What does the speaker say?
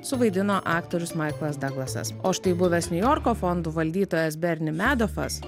suvaidino aktorius maiklas duglasas o štai buvęs niujorko fondų valdytojas berni medofas